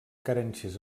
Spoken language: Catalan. carències